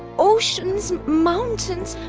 oceans, mountains,